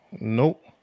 Nope